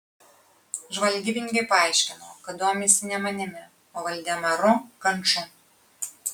žvalgybininkai paaiškino kad domisi ne manimi o valdemaru kanču